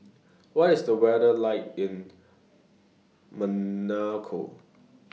What IS The weather like in Monaco